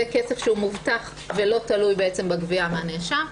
זה כסף שהוא מובטח ולא תלוי בגבייה מן הנאשם.